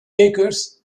acres